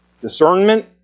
discernment